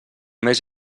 més